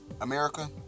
America